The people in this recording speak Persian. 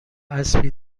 اسبی